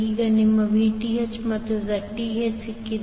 ಈಗ ನಿಮಗೆ Vth ಮತ್ತು Zth ಸಿಕ್ಕಿದೆ